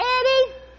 Eddie